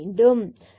limit 0 delta x